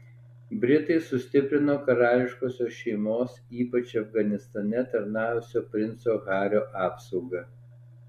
britai sustiprino karališkosios šeimos ypač afganistane tarnavusio princo hario apsaugą